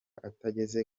atageze